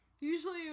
Usually